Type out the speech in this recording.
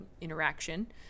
interaction